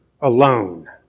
alone